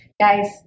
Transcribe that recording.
Guys